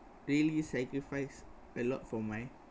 really sacrifice a lot for my